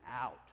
out